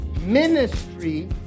ministry